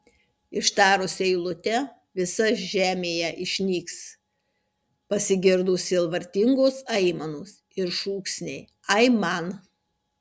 ištarus eilutę visa žemėje išnyks pasigirdo sielvartingos aimanos ir šūksniai aiman